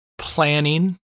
Planning